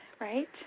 Right